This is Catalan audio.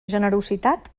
generositat